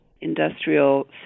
industrial